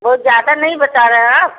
बहुत ज़्यादा नहीं बता रहे हो आप